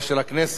אבל בכל זאת,